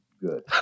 good